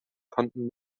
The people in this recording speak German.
konnten